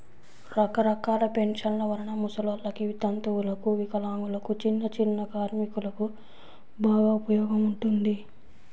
రకరకాల పెన్షన్ల వలన ముసలోల్లకి, వితంతువులకు, వికలాంగులకు, చిన్నచిన్న కార్మికులకు బాగా ఉపయోగం ఉంటుంది